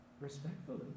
respectfully